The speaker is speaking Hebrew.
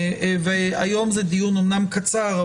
הדיון היום הוא אומנם קצר,